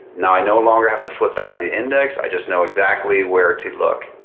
now, i no longer have to flip back to the index. i just know exactly where to look.